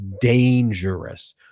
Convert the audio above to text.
dangerous